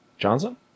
Johnson